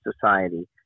society